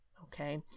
okay